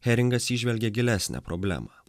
heringas įžvelgė gilesnę problemą